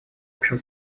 общем